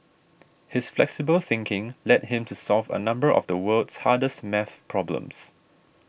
his flexible thinking led him to solve a number of the world's hardest math problems